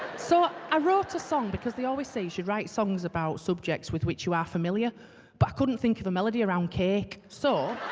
so i wrote a song because they always say she write songs about subjects with which you are familiar but i couldn't think of a melody around cake, so